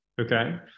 okay